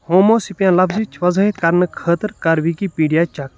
Homo sapien لفظٕچ وضاحت کرنہٕ خٲطرٕ کر وِکی پیٖڈیا چٮ۪ک